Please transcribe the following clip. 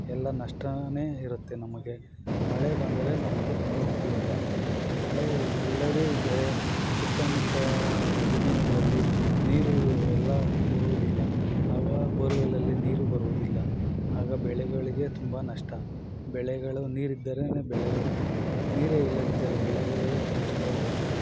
ಎಲ್ಲ ನಷ್ಟವೇ ಇರುತ್ತೆ ನಮಗೆ ಮಳೆ ಬಂದರೆ ನಮಗೆ ತುಂಬ ಉಪಯೋಗ ಮಳೆ ಇಲ್ಲದೇ ಇದ್ದರೆ ಸುತ್ತಮುತ್ತ ಜಮೀನುಗಳಲ್ಲಿ ನೀರು ಎಲ್ಲ ಇರುವುದಿಲ್ಲ ಆಗ ಬೋರ್ವೆಲ್ಲಲ್ಲಿ ನೀರು ಬರುವುದಿಲ್ಲ ಆಗ ಬೆಳೆಗಳಿಗೆ ತುಂಬ ನಷ್ಟ ಬೆಳೆಗಳು ನೀರಿದ್ದರೆನೇ ಬೆಳೆಗಳು ನೀರೇ ಇಲ್ಲದಿದ್ದರೆ ಬೆಳೆಗಳು ನಷ್ಟವಾಗುತ್ತದೆ